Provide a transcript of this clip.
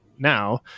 Now